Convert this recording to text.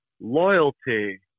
loyalty